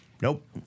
Nope